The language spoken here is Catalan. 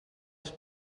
els